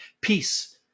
peace